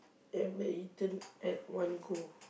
ever eaten at one go